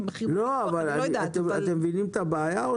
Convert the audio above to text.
אתם מבינים את הבעיה?